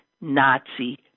Nazi